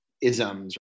isms